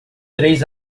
três